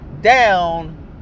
down